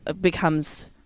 becomes